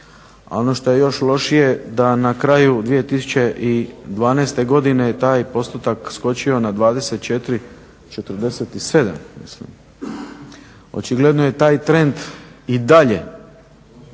ono što je još lošije da na kraju 2012. godine je taj postotak skočio na 24, 47 mislim. Očigledno je taj trend i dalje